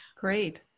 Great